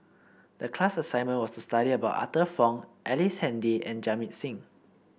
the class assignment was to study about Arthur Fong Ellice Handy and Jamit Singh